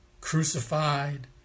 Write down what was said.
crucified